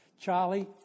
Charlie